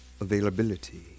availability